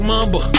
Mamba